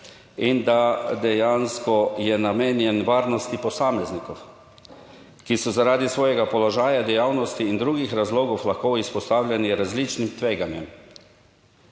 in da dejansko je namenjen varnosti posameznikov, ki so zaradi svojega položaja, dejavnosti in drugih razlogov lahko izpostavljeni različnim tveganjem.